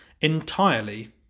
entirely